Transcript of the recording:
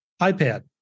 iPad